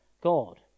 God